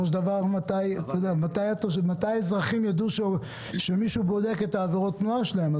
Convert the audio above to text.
מתי האזרחים יידעו שמישהו בודק את עבירות התנועה שלהם?